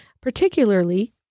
particularly